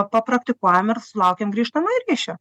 papraktikuojam ir sulaukiam grįžtamojo ryšio